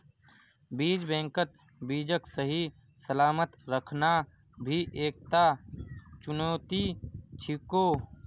बीज बैंकत बीजक सही सलामत रखना भी एकता चुनौती छिको